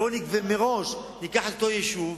בואו ומראש ניקח את אותו יישוב,